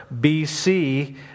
BC